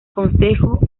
concejo